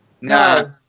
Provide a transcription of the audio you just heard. No